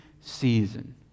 season